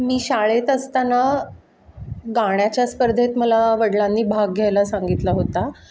मी शाळेत असताना गाण्याच्या स्पर्धेत मला वडिलांनी भाग घ्यायला सांगितला होता